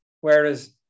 whereas